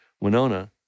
Winona